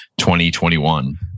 2021